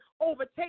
overtake